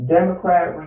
Democrat